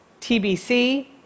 TBC